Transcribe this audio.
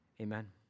Amen